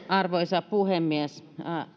arvoisa puhemies